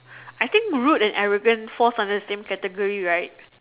I think rude and arrogant falls under the same category right